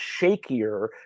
shakier